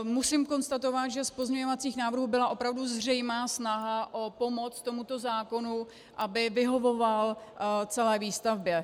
Musím konstatovat, že z pozměňovacích návrhů byla opravdu zřejmá snaha o pomoc tomuto zákonu, aby vyhovoval celé výstavbě.